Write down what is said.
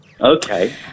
Okay